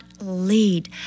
lead